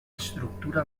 estructura